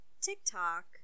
TikTok